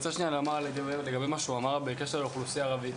אני רוצה לומר בקשר למה שנאמר פה על האוכלוסייה הערבית.